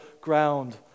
ground